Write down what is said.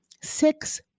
Six